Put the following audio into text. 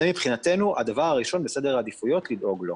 זה מבחינתנו הדבר הראשון בסדר העדיפויות לדאוג לו.